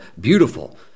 Beautiful